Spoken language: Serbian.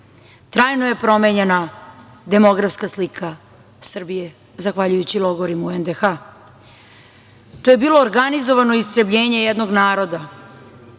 Trajno je promenjena demografska slika Srbije zahvaljujući logorima u NDH. To je bilo organizovano istrebljenje jednog naroda